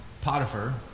Potiphar